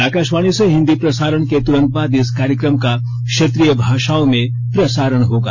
आकाशवाणी से हिंदी प्रसारण के तुरंत बाद इस कार्यक्रम का क्षेत्रीय भाषाओं में प्रसारण होगा